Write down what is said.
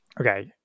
Okay